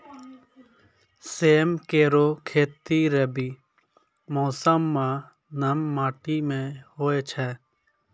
सेम केरो खेती रबी मौसम म नम माटी में होय छै